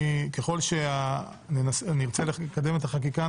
ככל שנרצה לקדם את החקיקה,